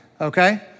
okay